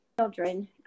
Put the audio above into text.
children